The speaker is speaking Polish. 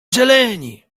zieleni